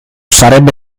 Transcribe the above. sarebbe